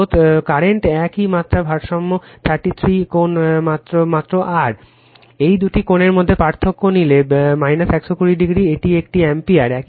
স্রোত একই মাত্রার ভারসাম্য 33 কোণ মাত্র r এই দুটি কোণের মধ্যে পার্থক্য নিলে কি কল করুন 120o এটি একটি অ্যাম্পিয়ার